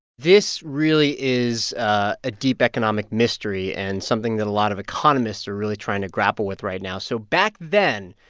this really is a deep economic mystery and something that a lot of economists are really trying to grapple with right now. so back then,